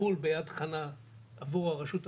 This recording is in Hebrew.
טיפול ביד חנה עבור הרשות הפלסטינאית,